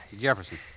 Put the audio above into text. Jefferson